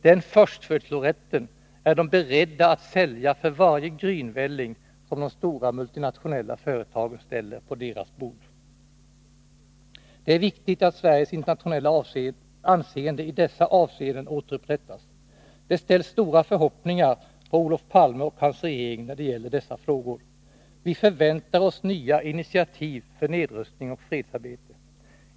Den förstfödslorätten är de beredda att sälja för varje grynvälling som de stora, multinationella företagen ställer på deras bord. Det är viktigt att Sveriges internationella anseende i dessa avseenden återupprättas. Det ställs stora förhoppningar på Olof Palme och hans regering när det gäller dessa frågor. Vi förväntar oss nya initiativ för nedrustning och fredsarbete.